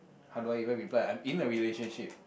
how do I even reply I'm in a relationship